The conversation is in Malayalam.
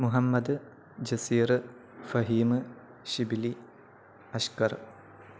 മുഹമ്മദ് ജസീർ ഫഹീമ് ശിബിലി അഷ്ക്കർ